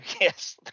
Yes